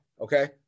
Okay